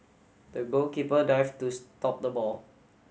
the goalkeeper dived to stop the ball